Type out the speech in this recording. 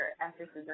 actresses